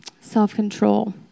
self-control